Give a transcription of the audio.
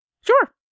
Sure